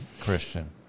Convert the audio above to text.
Christian